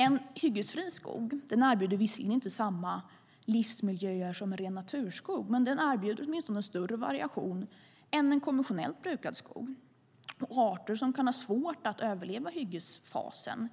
En hyggesfri skog erbjuder visserligen inte samma livsmiljöer som ren naturskog, men den erbjuder åtminstone en större variation än en konventionellt brukad skog. Arter som kan ha svårt att överleva hyggesfasen